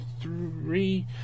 three